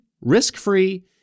risk-free